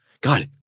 God